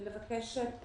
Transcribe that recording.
ולבקש את